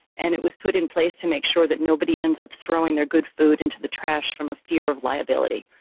and it was put in place to make sure that nobody ends up throwing their good food into the trash from a fear of liability.